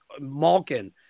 malkin